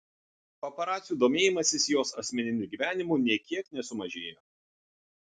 paparacių domėjimasis jos asmeniniu gyvenimu nė kiek nesumažėjo